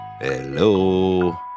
hello